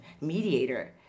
mediator